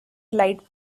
light